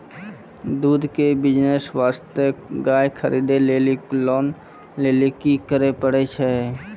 दूध के बिज़नेस वास्ते गाय खरीदे लेली लोन लेली की करे पड़ै छै?